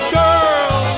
girl